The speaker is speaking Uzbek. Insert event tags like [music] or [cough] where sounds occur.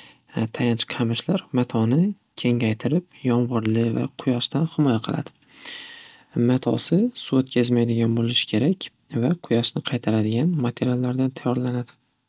[hesitation] Tayanch qamishlar matoni yomg'irli va quyoshdan himoya qiladi. [noise] Matosi suv o'tkazmaydigan bo'lishi kerak va quyoshni qaytaradigan materiallardan tayyorlanadi.